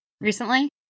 recently